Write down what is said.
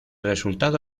resultado